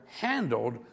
handled